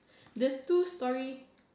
the two story